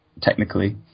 Technically